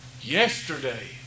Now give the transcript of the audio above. Yesterday